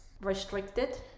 restricted